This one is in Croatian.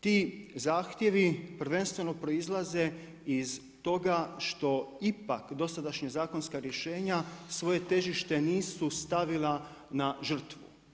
Ti zahtjevi prvenstveno proizlaze iz toga ipak dosadašnja zakonska rješenja, svoja težišta nisu stavila na žrtvu.